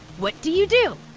what do you do?